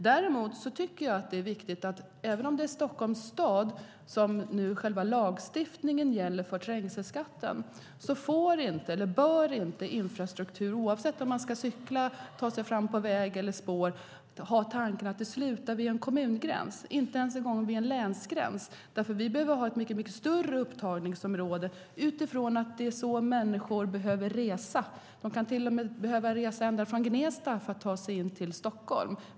Däremot är det viktigt att även om det är Stockholms stad som själva lagstiftningen om trängselskatten gäller bör man inte med infrastruktur - oavsett om man ska cykla, ta sig fram på väg eller spår - ha tanken att det slutar vid en kommungräns och inte ens en gång vid en länsgräns. Vi behöver ha ett mycket större upptagningsområde utifrån att det är så människor behöver resa. De kan till och med behöva resa ända från Gnesta för att ta sig in till Stockholm.